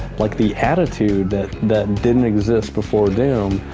like the attitude that that didn't exist before doom.